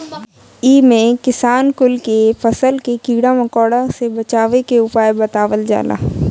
इमे किसान कुल के फसल के कीड़ा मकोड़ा से बचावे के उपाय बतावल जाला